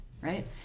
right